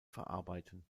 verarbeiten